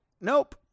nope